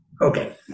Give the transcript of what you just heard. Okay